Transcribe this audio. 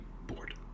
bored